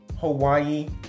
Hawaii